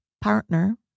partner